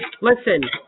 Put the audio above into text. listen